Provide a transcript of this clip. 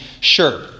sure